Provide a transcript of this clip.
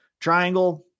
triangle